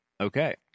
okay